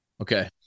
Okay